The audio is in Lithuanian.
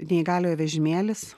neįgaliojo vežimėlis